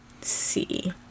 See